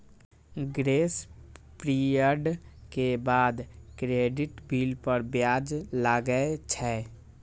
grace period के बाद credit bill पर ब्याज लागै छै